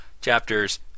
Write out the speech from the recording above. chapters